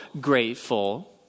grateful